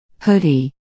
Hoodie